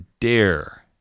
dare